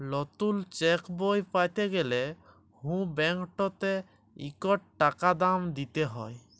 লতুল চ্যাকবই প্যাতে গ্যালে হুঁ ব্যাংকটতে ইকট টাকা দাম দিতে হ্যয়